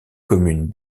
commune